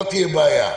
לא תהיה בעיה.